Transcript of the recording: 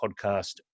podcast